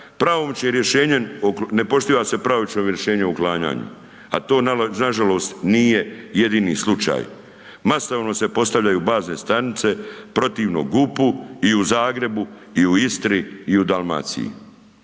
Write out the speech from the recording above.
pravomoćno rješenjem ne poštuje se pravomoćno rješenje o uklanjanju, a to nažalost nije jedini slučaj. Masovno se postavljaju bazne stanice protivno GUP-u i u Zagrebu i u Istri i u Dalmaciji.